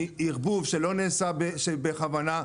מערבוב שלא נעשה בכוונה,